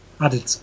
added